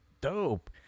dope